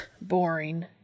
Boring